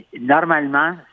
Normalement